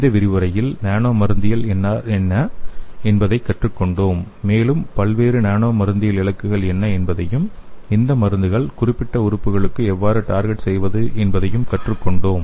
இந்த விரிவுரையில் நானோ மருந்தியல் என்றால் என்ன என்பதைக் கற்றுக் கொண்டோம் மேலும் பல்வேறு நானோ மருந்தியல் இலக்குகள் என்ன என்பதையும் இந்த மருந்துகளை குறிப்பிட்ட உறுப்புகளுக்கு எவ்வாறு டார்கெட் செய்வது என்பதையும் கற்றுக் கொண்டோம்